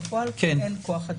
בפועל אין כוח אדם.